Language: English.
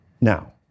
Now